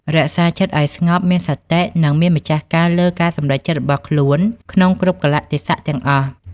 រក្សាចិត្តឱ្យស្ងប់ មានសតិ និងមានម្ចាស់ការលើការសម្រេចចិត្តរបស់ខ្លួនក្នុងគ្រប់កាលៈទេសៈទាំងអស់។